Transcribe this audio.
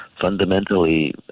fundamentally